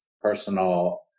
personal